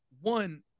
one